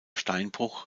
steinbruch